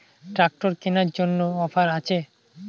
Tractor কেনার জন্য offer আছে?